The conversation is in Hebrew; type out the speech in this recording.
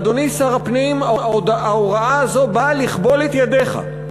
ואדוני שר הפנים, ההוראה הזאת באה לכבול את ידיך.